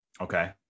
Okay